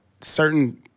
certain